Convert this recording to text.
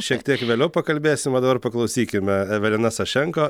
šiek tiek vėliau pakalbėsim o dabar paklausykime evelina sašenko